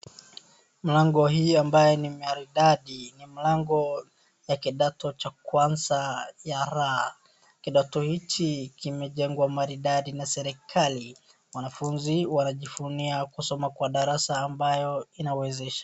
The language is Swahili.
Mlango hii ambaye ni maridadi ni mlango ya kidato cha kwanza ya raa. Kidato hichi kimejengwa maridadi na serikali. Wanafunzi wanajifunia kusoma kwa darasa ambayo inayowezesha.